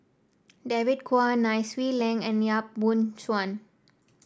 David Kwo Nai Swee Leng and Yap Boon Chuan